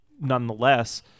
nonetheless